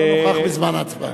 הוא לא נוכח בזמן ההצבעה.